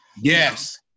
Yes